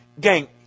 Gang